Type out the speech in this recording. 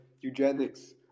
eugenics